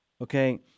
Okay